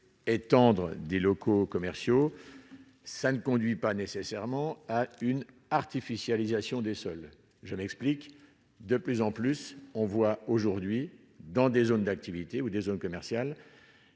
étendre des locaux commerciaux, ça ne conduit pas nécessairement à une artificialisation des sols, je m'explique : de plus en plus on voit aujourd'hui dans des zones d'activités ou des zones commerciales